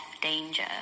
danger